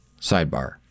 Sidebar